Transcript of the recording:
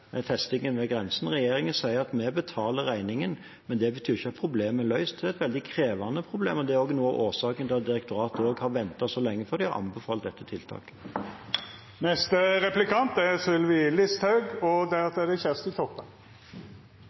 ved grensen. Regjeringen sier at vi betaler regningen, men det betyr ikke at problemet er løst. Det er et veldig krevende problem, og det er noe av årsaken til at direktoratet har ventet så lenge før de har anbefalt dette tiltaket.